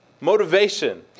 motivation